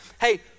hey